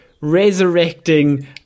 resurrecting